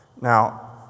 Now